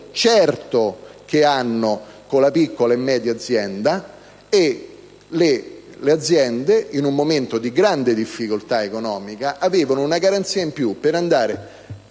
certo che hanno con la piccole e medie aziende, e queste, in un momento di grande difficoltà economica, avrebbero avuto una garanzia in più per andare